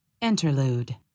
Interlude